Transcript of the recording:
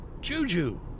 Juju